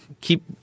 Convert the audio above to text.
keep